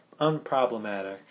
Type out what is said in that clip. unproblematic